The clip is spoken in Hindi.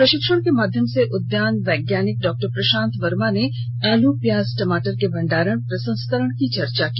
प्रशिक्षण के माध्यम से उद्यान वैज्ञानिक डॉ प्रशांत वर्मा ने आल प्याज टमाटर के भंडारण प्रसंस्करण की चर्चा की